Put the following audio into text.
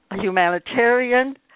humanitarian